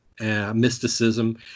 mysticism